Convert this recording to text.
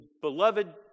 beloved